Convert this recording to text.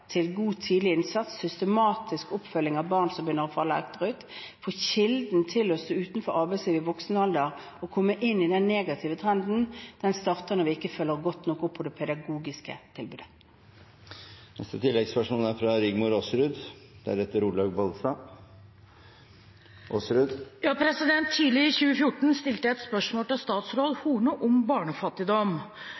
til god tidlig innsats og systematisk oppfølging av barn som begynner å falle akterut. For kilden til å stå utenfor arbeidslivet i voksen alder og komme inn i en negativ trend, starter når vi ikke følger godt nok opp på det pedagogiske tilbudet. Rigmor Aasrud – til oppfølgingsspørsmål. Tidlig i 2014 stilte jeg et spørsmål til statsråd